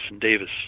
Davis